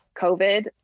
COVID